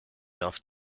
enough